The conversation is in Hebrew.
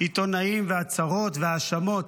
עיתונאים והצהרות והאשמות.